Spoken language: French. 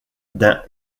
d’un